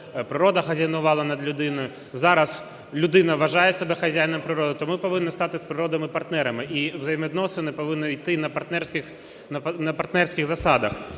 природа хазяйнувала над людиною, зараз людина вважає себе хазяїном природи. То ми повинні стати з природою партнерами, і взаємовідносини повинні йти на партнерських засадах.